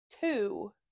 Two